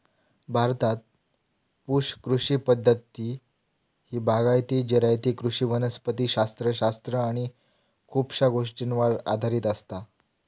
भारतात पुश कृषी पद्धती ही बागायती, जिरायती कृषी वनस्पति शास्त्र शास्त्र आणि खुपशा गोष्टींवर आधारित असता